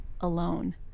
alone